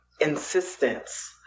insistence